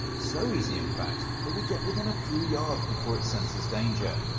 so easy in fact that we get within a few yards before it senses danger.